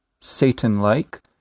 Satan-like